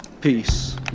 peace